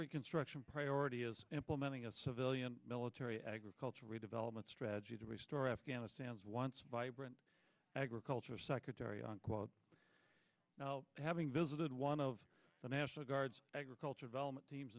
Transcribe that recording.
reconstruction priority is implementing a civilian military agricultural redevelopment strategy to restore afghanistan's once vibrant agriculture secretary now having visited one of the national guard's agriculture development teams